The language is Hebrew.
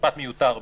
משפט מיותר בעצם.